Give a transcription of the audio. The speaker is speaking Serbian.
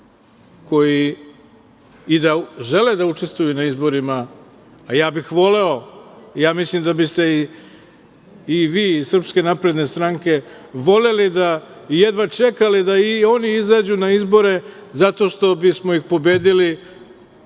koji i da žele da učestvuju na izborima, a ja bih voleo i mislim da biste i vi iz SNS voleli i jedva čekali da i oni izađu na izbore, zato što bismo ih pobedili